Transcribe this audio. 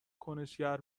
کنشگر